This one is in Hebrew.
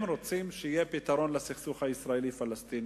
הם רוצים שיהיה פתרון לסכסוך הישראלי-הפלסטיני,